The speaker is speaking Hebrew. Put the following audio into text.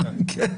עד כאן.